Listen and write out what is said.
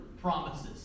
promises